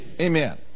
Amen